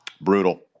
Brutal